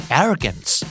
arrogance